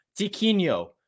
Tiquinho